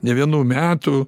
ne vienų metų